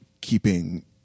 keeping